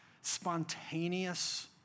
spontaneous